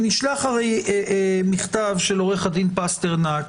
נשלח מכתב של עו"ד פסטרנק.